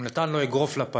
הוא נתן לו אגרוף לפנים.